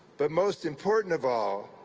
but most important of all,